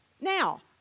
Now